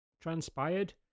transpired